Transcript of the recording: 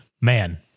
Man